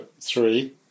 three